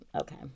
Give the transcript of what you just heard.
Okay